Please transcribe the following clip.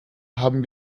haben